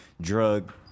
drug